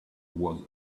was